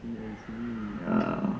I see I see